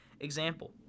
Example